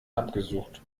abgesucht